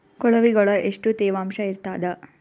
ಕೊಳವಿಗೊಳ ಎಷ್ಟು ತೇವಾಂಶ ಇರ್ತಾದ?